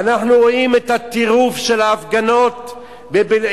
ואנחנו רואים את הטירוף של ההפגנות בבילעין,